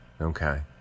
okay